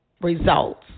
results